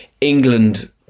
England